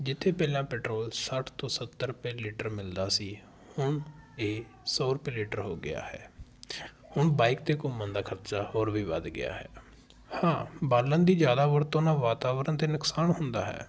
ਜਿੱਥੇ ਪਹਿਲਾਂ ਪੈਟਰੋਲ ਸੱਠ ਤੋਂ ਸੱਤਰ ਰੁਪਏ ਲੀਟਰ ਮਿਲਦਾ ਸੀ ਹੁਣ ਇਹ ਸੌ ਰੁਪਏ ਲੀਟਰ ਹੋ ਗਿਆ ਹੈ ਹੁਣ ਬਾਈਕ 'ਤੇ ਘੁੰਮਣ ਦਾ ਖਰਚਾ ਹੋਰ ਵੀ ਵੱਧ ਗਿਆ ਹੈ ਹਾਂ ਬਾਲਣ ਦੀ ਜ਼ਿਆਦਾ ਵਰਤੋਂ ਨਾਲ ਵਾਤਾਵਰਨ ਤੇ ਨੁਕਸਾਨ ਹੁੰਦਾ ਹੈ